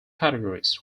categories